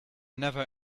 never